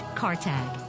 cartag